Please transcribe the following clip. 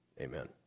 Amen